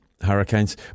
Hurricanes